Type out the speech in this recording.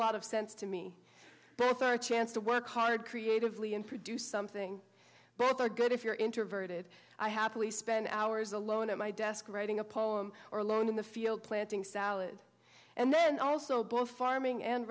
lot of sense to me that's our chance to work hard creatively and produce something better good if you're interviewed it i happily spend hours alone at my desk writing a poem or alone in the field planting salad and then also both farming and